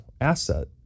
asset